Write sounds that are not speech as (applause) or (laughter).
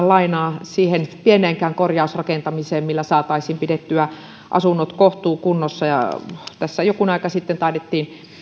(unintelligible) lainaa edes siihen pieneenkään korjausrakentamiseen millä saataisiin pidettyä asunnot kohtuukunnossa tässä jokunen aika sitten taidettiin